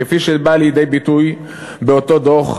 כפי שבא לידי ביטוי באותו דוח,